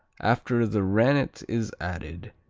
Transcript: after the rennet is added,